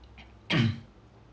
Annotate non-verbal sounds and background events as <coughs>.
<coughs>